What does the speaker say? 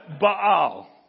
Baal